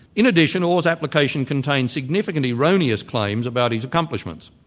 in addition, orr's application contained significant erroneous claims about his accomplishments.